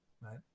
right